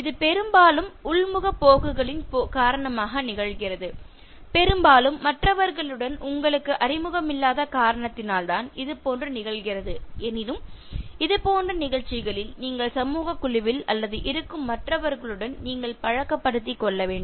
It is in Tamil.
இது பெரும்பாலும் உள்முகப் போக்குகளின் காரணமாக நிகழ்கிறது பெரும்பாலும் மற்றவர்களுடன் உங்களுக்கு அறிமுகமில்லாத காரணத்தினால் தான் இது போன்று நிகழ்கிறது எனினும் இது போன்ற நிகழ்ச்சிகளில் நீங்கள் சமூகக் குழுவில் அல்லது இருக்கும் மற்றவர்களுடன் நீங்கள் பழக்கப்படுத்திக் கொள்ள வேண்டும்